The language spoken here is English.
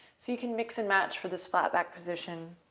so you can mix and match for this flat back position,